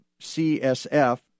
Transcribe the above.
CSF